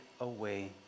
away